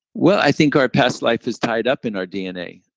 well, i think our past life is tied up in our dna.